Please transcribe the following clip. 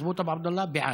(אמר בערבית: הבנת, אבו עבדאללה?) בעד.